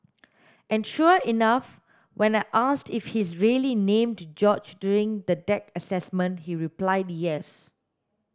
and sure enough when I asked if he's really named George during the deck assessment he replied yes